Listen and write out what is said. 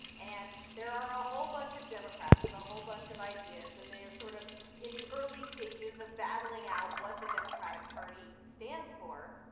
and there are a whole bunch of democrats with a whole bunch of ideas. and they are sort of in the early stages of battling out what the democratic party stands for.